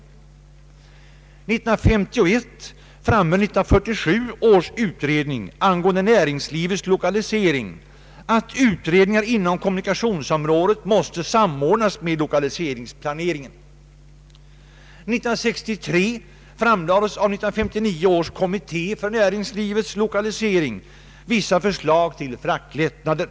År 1951 framhöll 1947 års utredning angående näringslivets lokalisering att utredningar inom kommunikationsområdet måste samordnas med lokaliseringsplaneringen. År 1963 framlades av 1959 års kommitté för näringslivets lokalisering vissa förslag till fraktlättnader.